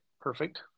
Perfect